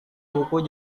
buku